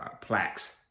plaques